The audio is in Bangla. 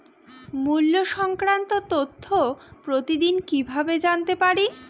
মুল্য সংক্রান্ত তথ্য প্রতিদিন কিভাবে জানতে পারি?